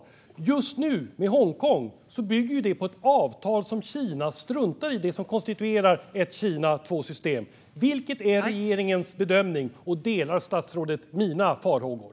Det som händer just nu i Hongkong bygger ju på att Kina struntar i det avtal som konstituerar principen om ett land, två system. Vilken är regeringens bedömning, och delar statsrådet mina farhågor?